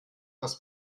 das